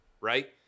right